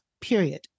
period